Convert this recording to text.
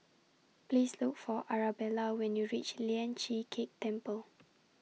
Please Look For Arabella when YOU REACH Lian Chee Kek Temple